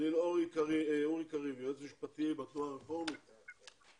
אורי, יועץ משפטי בתנועה הרפורמית.